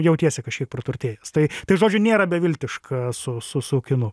jautiesi kažkiek praturtėjęs tai tai žodžiu nėra beviltiška su su su kinu